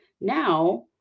now